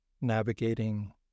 navigating